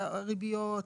ריביות,